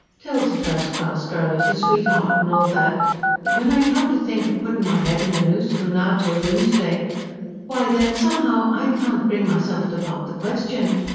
till's a first-class girl as a sweetheart and all that but when i come to think of puttin' my head in the noose, from now till doomsday why then, somehow, i can't bring myself to pop the question.